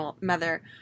Mother